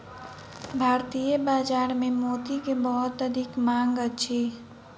भारतीय बाजार में मोती के बहुत अधिक मांग अछि